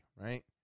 right